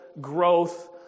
growth